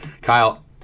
Kyle